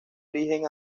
origen